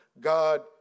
God